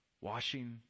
washing